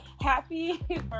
happy